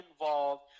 involved